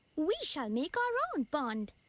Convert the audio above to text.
we shall make our own pond.